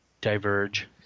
diverge